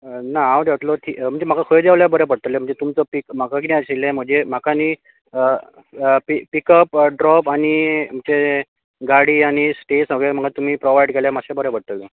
ना हांव देंवतलो ना म्हणजे म्हाका खंय देंवल्यार बरें पडटलें म्हणजे तुमचो पीक म्हाका कितें आशिल्लें म्हजे म्हाका न्ही पीक अप ड्रॉप आनी तुमचें गाडी आनी सि तुमी प्रोवायड केल्यार मात्शें बरें पडटलें